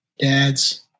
dad's